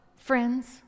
friends